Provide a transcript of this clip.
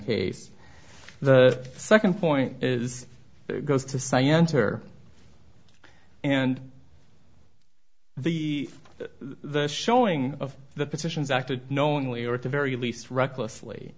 case the second point is goes to scienter and the the showing of the petitions acted knowingly or at the very least recklessly